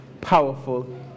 powerful